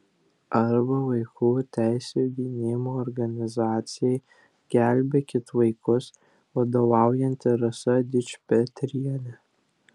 arba vaikų teisių gynimo organizacijai gelbėkit vaikus vadovaujanti rasa dičpetrienė